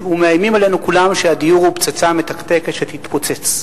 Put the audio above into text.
כולם מאיימים עלינו שהדיור הוא פצצה מתקתקת שתתפוצץ.